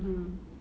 mmhmm